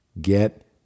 Get